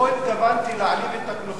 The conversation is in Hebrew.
לא התכוונתי להעליב את הכנופיות.